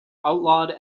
outlawed